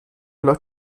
läuft